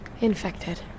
Infected